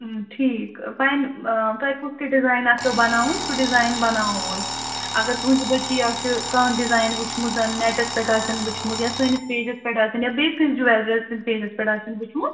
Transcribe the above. ٹھیٖک وۅنۍ تۄہہِ کُس تہِ ڈِزایِن آسٮ۪و بَناوُن سُہ ڈِزایِن بَناوو أسۍ اگر تُہٕنٛدِ بٔچی آسہِ کانٛہہ ڈِزایِن وُچھمُت نٮ۪ٹَس پٮ۪ٹھ آسٮ۪ن وُچھمُت یا سٲنِس پیجَس پٮ۪ٹھ آسٮ۪ن یا بیٚیہِ کٲنٛسہِ جیولری سٕنٛز پیجَس پٮ۪ٹھ آسٮ۪ن وُچھمُت